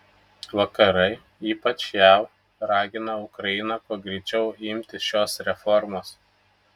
vakarai ypač jav ragino ukrainą kuo greičiau imtis šios reformos